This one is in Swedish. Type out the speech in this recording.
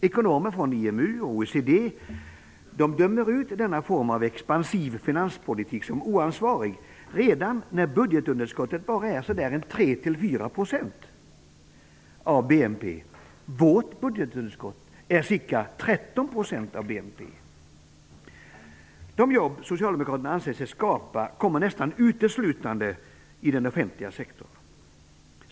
Ekonomer från IMU och OECD dömer ut denna form av expansiv finanspolitik som oansvarig redan när budgetunderskottet bara är 3-4 % av BNP. Vårt budgetunderskott är ca 13 % av BNP! De jobb socialdemokraterna anser sig skapa kommer nästan uteslutande i den offentliga sektorn.